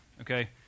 okay